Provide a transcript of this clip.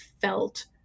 felt